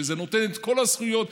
שנותן את כל הזכויות,